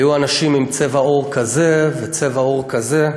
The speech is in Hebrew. היו אנשים עם צבע עור כזה וצבע עור כזה,